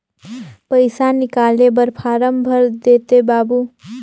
पइसा निकाले बर फारम भर देते बाबु?